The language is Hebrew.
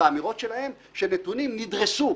והאמירות שלהם שנתונים נדרסו,